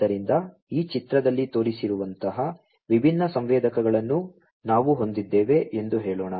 ಆದ್ದರಿಂದ ಈ ಚಿತ್ರದಲ್ಲಿ ತೋರಿಸಿರುವಂತಹ ವಿಭಿನ್ನ ಸಂವೇದಕಗಳನ್ನು ನಾವು ಹೊಂದಿದ್ದೇವೆ ಎಂದು ಹೇಳೋಣ